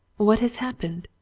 what has happened?